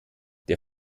der